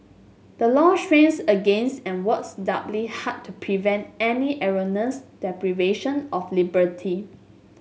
the law strains against and works doubly hard to prevent any erroneous deprivation of liberty